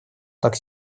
так